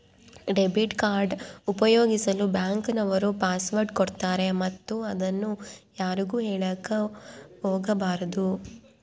debit card ಉಪಯೋಗಿಸಲು bank ನವರು password ಕೊಡ್ತಾರೆ ಮತ್ತು ಅದನ್ನು ಯಾರಿಗೂ ಹೇಳಕ ಒಗಬಾರದು